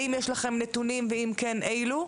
האם יש לכם נתונים ואם כן אילו?